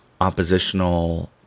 oppositional